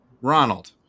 Ronald